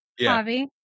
Javi